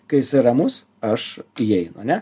kai jisai ramus aš įeinu ar ne